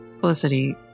Felicity